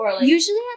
usually